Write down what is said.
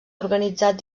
organitzat